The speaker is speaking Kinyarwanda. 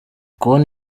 kubona